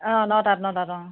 অ নটাত নটাত অ